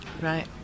Right